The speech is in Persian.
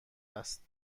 است